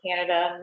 Canada